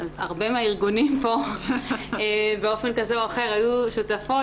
אז הרבה ארגונים פה באופן כזה או אחר היו שותפים